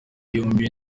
yombi